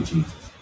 Jesus